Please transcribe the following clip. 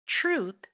truth